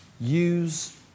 Use